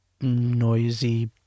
noisy